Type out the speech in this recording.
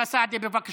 אוסאמה סעדי, בבקשה.